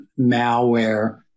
malware